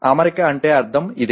అమరిక అంటే అర్థం ఇదే